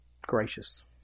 gracious